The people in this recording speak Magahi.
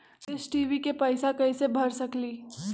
डिस टी.वी के पैईसा कईसे भर सकली?